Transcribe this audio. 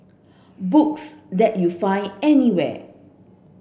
books that you find anywhere